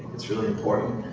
it's really important.